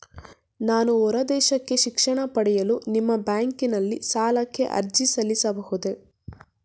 ನಾನು ಹೊರದೇಶಕ್ಕೆ ಶಿಕ್ಷಣ ಪಡೆಯಲು ನಿಮ್ಮ ಬ್ಯಾಂಕಿನಲ್ಲಿ ಸಾಲಕ್ಕೆ ಅರ್ಜಿ ಸಲ್ಲಿಸಬಹುದೇ?